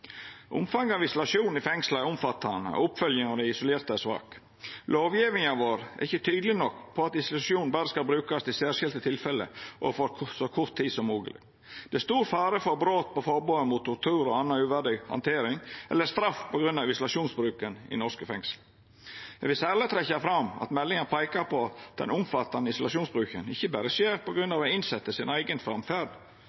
Omfanget av isolasjon i fengsla er omfattande, og oppfølginga av dei isolerte er svak. Lovgjevinga vår er ikkje tydeleg nok på at isolasjon berre skal brukast i særskilte tilfelle og for så kort tid som mogeleg. Det er stor fare for brot på forbodet mot tortur og anna uverdig handtering eller straff på grunn av isolasjonsbruken i norske fengsel. Eg vil særleg trekkja fram at meldinga peikar på at den omfattande isolasjonsbruken ikkje berre skjer på grunn